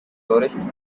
tourists